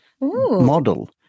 model